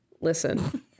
Listen